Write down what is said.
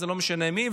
זה לא משנה מי,